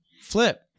Flip